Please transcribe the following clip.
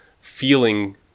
feeling